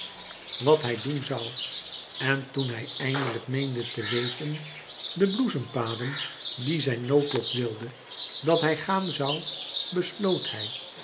wat hij doen zoû en toen hij eindelijk meende te weten de bloesempaden die zijn noodlot wilde dat hij gaan zoû besloot hij